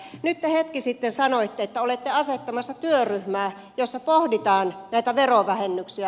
nyt te hetki sitten sanoitte että olette asettamassa työryhmää jossa pohditaan näitä verovähennyksiä